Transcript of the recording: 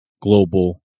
global